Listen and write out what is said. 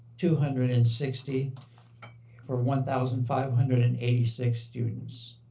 two hundred and sixty for one thousand five hundred and eighty six students.